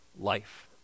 life